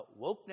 wokeness